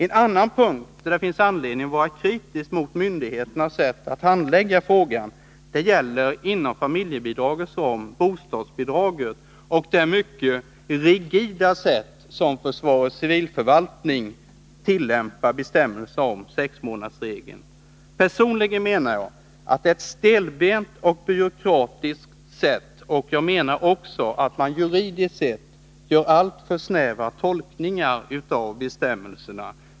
En annan punkt, där det finns anledning att vara kritisk mot myndigheternas handläggning, gäller, inom familjebidragens ram, det mycket rigida sätt på vilket försvarets civilförvaltning tillämpar sexmånadersregeln i fråga om bostadsbidragen. Man gör det på ett stelbent och byråkratiskt sätt, och jag menar att man juridiskt sett gör alltför snäva tolkningar av bestämmelserna.